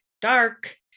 dark